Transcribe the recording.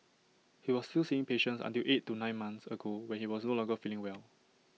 he was still seeing patients until eight to nine months ago when he was no longer feeling well